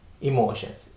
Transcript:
emotions